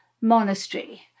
monastery